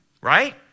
right